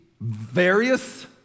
various